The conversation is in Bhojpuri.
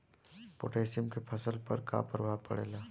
पोटेशियम के फसल पर का प्रभाव पड़ेला?